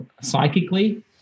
psychically